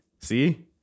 See